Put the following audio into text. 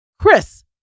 Chris